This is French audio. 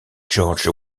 george